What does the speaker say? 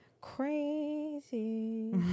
crazy